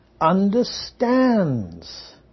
understands